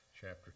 Chapter